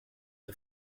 the